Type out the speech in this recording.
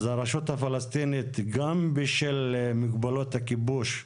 אז הרשות הפלסטינית גם בשם מגבלות הכיבוש,